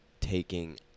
taking